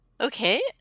Okay